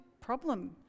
problem